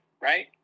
Right